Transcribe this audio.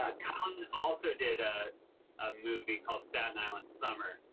ah colin also did a ah movie called staten island summer.